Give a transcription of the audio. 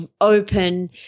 open